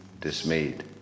dismayed